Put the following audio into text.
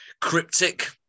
cryptic